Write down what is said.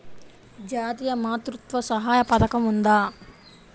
జాతీయ మాతృత్వ సహాయ పథకం ఉందా?